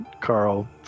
Carl